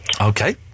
Okay